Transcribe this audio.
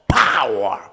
power